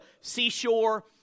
seashore